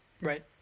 Right